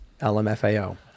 LMFAO